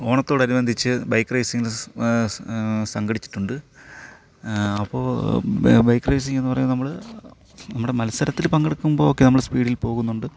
ഓണത്തോടനുബന്ധിച്ച് bike racing സംഘടിപ്പിച്ചിട്ടുണ്ട് അപ്പോൾ ബൈക്ക് റേസിങ് എന്ന് പറയുമ്പോൾ നമ്മള് നമ്മുടെ മത്സരത്തിൽ പങ്കെടുക്കുമ്പോക്കെ നമ്മള് സ്പീഡിൽ പോകുന്നുണ്ട്